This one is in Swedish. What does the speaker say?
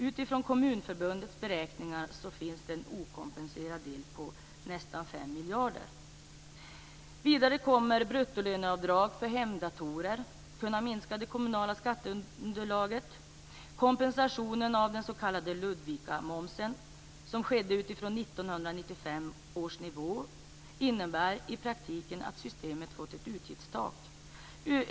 Enligt Kommunförbundets beräkningar finns det en okompenserad del på nästan 5 miljarder. Vidare kommer bruttolöneavdrag av hemdatorer kunna minska det kommunala skatteunderlaget. Kompensationen av den s.k. Ludvikamomsen, som skedde utifrån 1995 års nivå, innebär i praktiken att systemet har fått ett uttagstak.